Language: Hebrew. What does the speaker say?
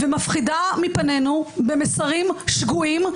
ומפחידה מפנינו במסרים שגויים,